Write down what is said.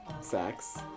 Sex